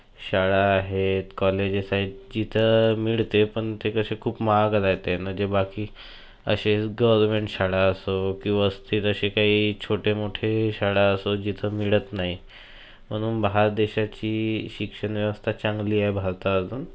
शाळा आहेत कॉलेजेस आहेत जिथं मिळते पण ते कसे खूप महागच आहेत ते ना जे बाकी असे गौरमेन्ट शाळा असो किंवा स्थिर असे काही छोटे मोठे शाळा असो जिथं मिळत नाही म्हणून बाहेर देशाची शिक्षणव्यवस्था चांगली आहे भारतातून